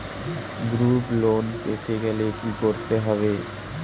Group loan পেতে গেলে কি করতে হবে?